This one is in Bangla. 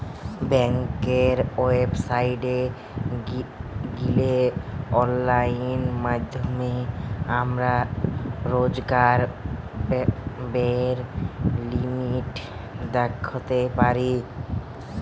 বেংকের ওয়েবসাইটে গিলে অনলাইন মাধ্যমে আমরা রোজকার ব্যায়ের লিমিট দ্যাখতে পারি